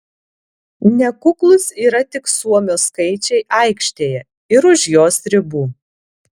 nekuklūs yra tik suomio skaičiai aikštėje ir už jos ribų